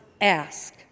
ask